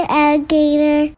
alligator